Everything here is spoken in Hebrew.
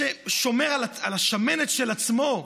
שומר על השמנת של עצמו.